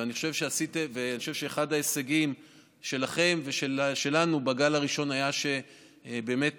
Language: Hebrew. אני חושב שאחד ההישגים שלכם ושלנו בגל הראשון היה שבאמת